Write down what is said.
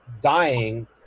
dying